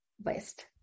west